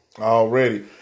Already